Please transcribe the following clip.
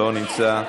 לא נמצא,